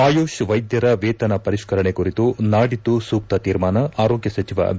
ಆಯುಷ್ ವೈದ್ಯರ ವೇತನ ಪರಿಷ್ಕರಣೆ ಕುರಿತು ನಾಡಿದ್ದು ಸೂಕ್ತ ತೀರ್ಮಾನ ಆರೋಗ್ಯ ಸಚಿವ ು ಬಿ